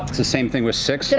the same thing with six, yeah